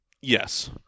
Yes